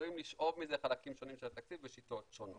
עשויים לשאוב מזה חלקים שונים של התקציב בשיטות שונות.